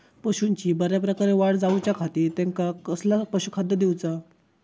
पशूंची बऱ्या प्रकारे वाढ जायच्या खाती त्यांका कसला पशुखाद्य दिऊचा?